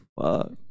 fuck